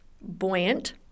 buoyant